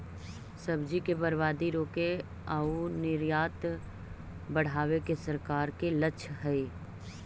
सब्जि के बर्बादी रोके आउ निर्यात बढ़ावे के सरकार के लक्ष्य हइ